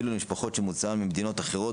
ואילו למשפחות שמוצאן ממדינות אחרות,